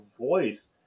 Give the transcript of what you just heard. voice